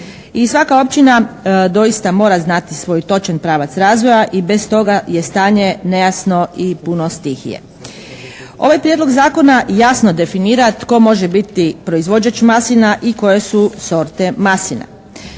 svaka općina doista mora znati svoj točan pravac razvoja i bez toga je stanje nejasno i puno stihije. Ovaj Prijedlog zakona jasno definira tko može biti proizvođač maslina i koje su sorte maslina,